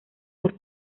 sus